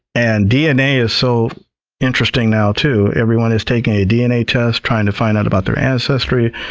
and dna is so interesting now too. everyone is taking a dna test, trying to find out about their ancestry,